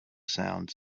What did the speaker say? sounds